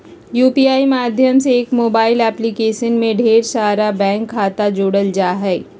UPI माध्यम से एक मोबाइल एप्लीकेशन में ढेर सारा बैंक खाता जोड़ल जा हय